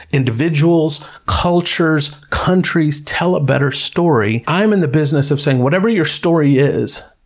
individuals cultures, countries tell a better story. i'm in the business of saying, whatever your story is,